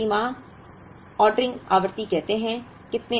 इसलिए हम प्रति माह ऑर्डरिंग आवृत्ति कहते हैं